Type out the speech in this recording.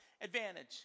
advantage